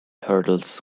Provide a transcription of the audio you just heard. hurdles